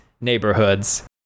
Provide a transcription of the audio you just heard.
neighborhoods